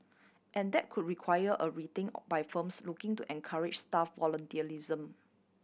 and that could require a rethink by firms looking to encourage staff volunteerism